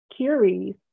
curies